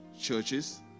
churches